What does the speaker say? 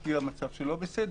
כי המצב שלו בסדר,